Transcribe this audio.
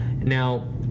Now